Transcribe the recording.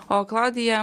o klaudija